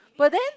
but then